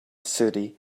city